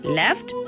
left